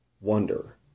wonder